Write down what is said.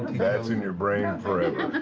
that's in your brain forever.